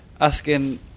Asking